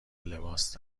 لباس